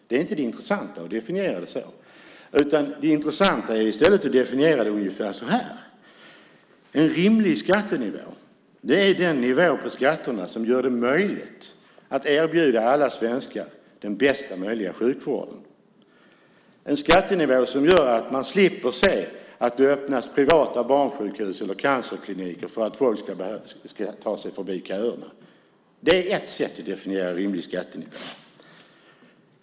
Det är inte det intressanta att definiera det så. Det intressanta är i stället att definiera det ungefär så här: En rimlig skattenivå är den nivå på skatterna som gör det möjligt att erbjuda alla svenskar den bästa möjliga sjukvården. Det är en skattenivå som gör att man slipper se att det öppnas privata barnsjukhus eller cancerkliniker för att folk ska ta sig förbi köerna. Det är ett sätt att definiera rimlig skattenivå.